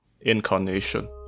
incarnation